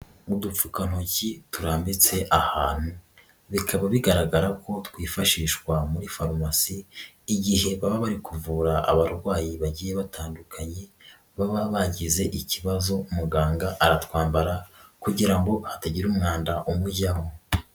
Udupfukantoki turambitse ahantu bikaba bigaragara ko bifashishwa muri farumasi igihe baba bari kuvura abarwayi bagiye batandukanye baba bagize ikibazo, muganga aratwambara kugira ngo hatagira umwanda umujyaho.